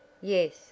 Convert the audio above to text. Yes